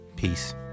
Peace